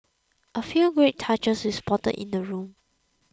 a few great touches we spotted in the room